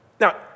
Now